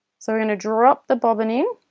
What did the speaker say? so we're gonna drop the bobbin in